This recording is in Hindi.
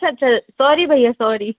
अच्छा अच्छा सोरी भइया सोरी